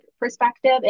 perspective